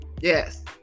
yes